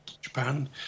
Japan